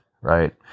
right